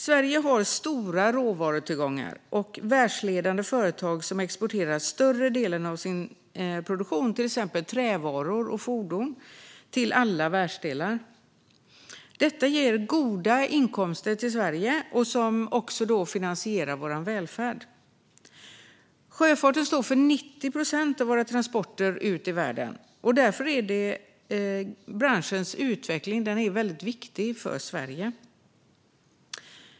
Sverige har stora råvarutillgångar och världsledande företag som exporterar större delen av sin produktion, till exempel trävaror och fordon, till alla världsdelar. Detta ger goda inkomster till Sverige som också finansierar vår välfärd. Sjöfarten står för 90 procent av våra transporter ut i världen. Därför är branschens utveckling väldigt viktig för Sverige.